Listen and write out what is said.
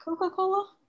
Coca-Cola